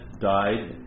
died